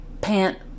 pant